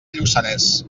lluçanès